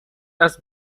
است